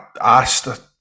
asked